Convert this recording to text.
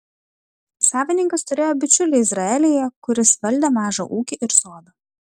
savininkas turėjo bičiulį izraelyje kuris valdė mažą ūkį ir sodą